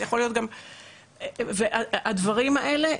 הדברים האלה,